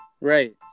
Right